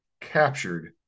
captured